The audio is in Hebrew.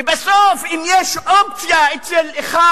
ובסוף, אם יש אופציה אצל אחד,